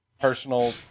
personal